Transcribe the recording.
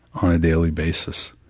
on a daily basis,